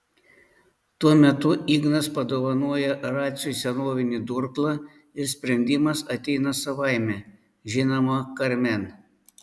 tuo metu ignas padovanoja raciui senovinį durklą ir sprendimas ateina savaime žinoma karmen